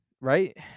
right